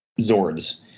Zords